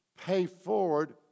pay-forward